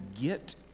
get